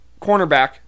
cornerback